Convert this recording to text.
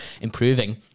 improving